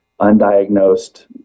undiagnosed